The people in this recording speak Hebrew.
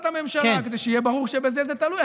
הממשלה כדי שיהיה ברור שבזה זה תלוי.